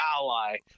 ally